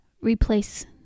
Replace